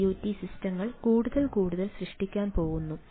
IoT സിസ്റ്റങ്ങൾ കൂടുതൽ കൂടുതൽ സൃഷ്ടിക്കാൻ പോകുന്നു